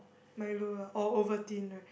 Milo lah oh Ovaltine right